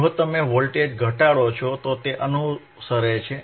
જો તમે વોલ્ટેજ ઘટાડો છો તો તે અનુસરે છે